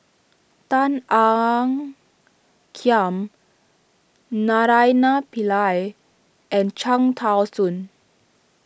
Tan Ean Kiam Naraina Pillai and Cham Tao Soon